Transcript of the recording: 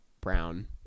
brown